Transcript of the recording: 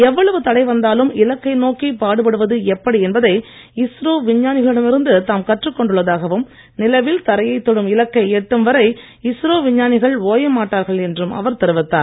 எவ்வளவு தடை வந்தாலும் இலக்கை நோக்கி பாடுபடுவது எப்படி என்பதை இஸ்ரோ விஞ்ஞானிகளிடம் இருந்து தாம் கற்றுக் கொண்டுள்ளதாகவும் நிலவில் தரையைத் தொடும் இலக்கை எட்டும் வரை இஸ்ரோ விஞ்ஞானிகள் ஓயமாட்டார்கள் என்றும் அவர் தெரிவித்தார்